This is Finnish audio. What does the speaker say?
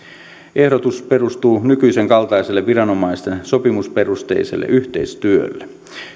ehdotus perustuu nykyisen kaltaiselle viranomaisten sopimusperusteiselle yhteistyölle